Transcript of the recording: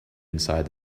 inside